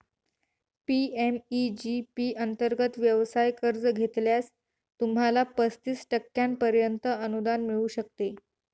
PMEG P अंतर्गत व्यवसाय कर्ज घेतल्यास, तुम्हाला पस्तीस टक्क्यांपर्यंत अनुदान मिळू शकते